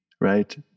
right